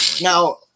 Now